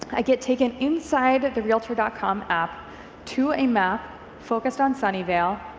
i get taken inside the realtor and com app to a map focused on sunnyvale,